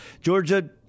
Georgia